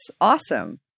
awesome